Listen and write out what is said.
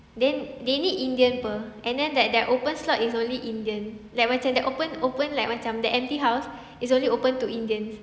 then they need indian [pe] and then that their open slot is only indian like macam that open open macam the empty house is only open to indians